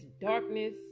darkness